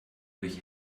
durch